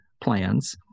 plans